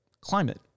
climate